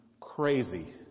crazy